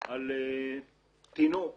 על תינוק